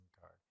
card